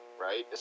right